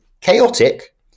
chaotic